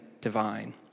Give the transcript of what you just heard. divine